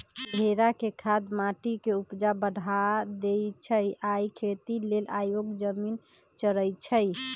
भेड़ा के खाद माटी के ऊपजा बढ़ा देइ छइ आ इ खेती लेल अयोग्य जमिन चरइछइ